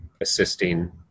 assisting